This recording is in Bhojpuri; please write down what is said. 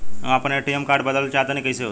हम आपन ए.टी.एम कार्ड बदलल चाह तनि कइसे होई?